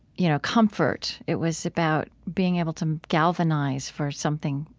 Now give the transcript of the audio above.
you know, comfort. it was about being able to galvanize for something,